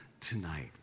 tonight